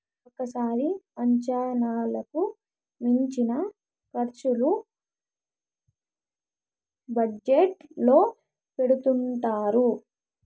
ఒక్కోసారి అంచనాలకు మించిన ఖర్చులు బడ్జెట్ లో పెడుతుంటారు